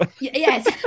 yes